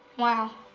wow.